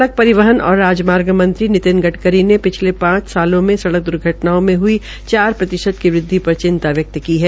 सड़क परिवहन और राजमार्ग मंत्री नितिन गड़करी ने पिछले पांच वर्षो में सड़क दर्घटनाओं में हई चार प्रतिशत की वृषि की चिंता वक्त की है